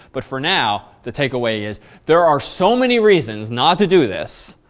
but for now, the takeaway is there are so many reasons not to do this,